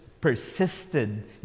persisted